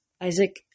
Isaac